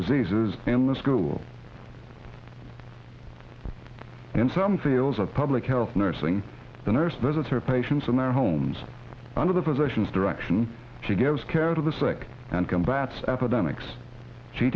diseases and the school in some fields of public health nursing the nurse visitor patients in their homes under the physician's direction she gives care to the sick and combats epidemics she